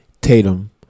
Tatum